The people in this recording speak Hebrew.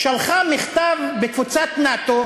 שלחה מכתב בתפוצת נאט"ו